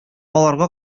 аларга